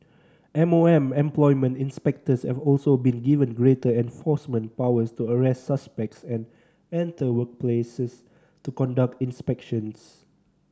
M O M employment inspectors have also been given greater enforcement powers to arrest suspects and enter workplaces to conduct inspections